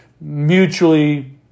mutually